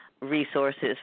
resources